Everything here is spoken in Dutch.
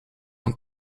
een